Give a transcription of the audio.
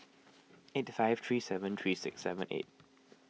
eight five three seven three six seven eight